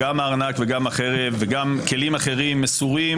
וגם הארנק וגם כלים אחרים מסורים